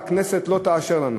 והכנסת לא תאשר לנו.